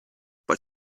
but